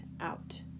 out